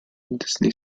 disney